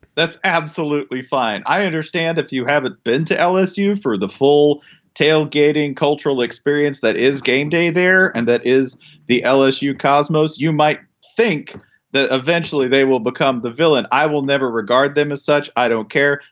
that's absolutely fine. i understand if you haven't been to lsu for the full tailgating cultural experience that is game day there and that is the lsu cosmos you might think that eventually they will become the villain. i will never regard them as such. i don't care.